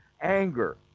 anger